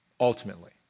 ultimately